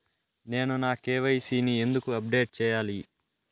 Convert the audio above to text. నేను నా కె.వై.సి ని ఎందుకు అప్డేట్ చెయ్యాలి?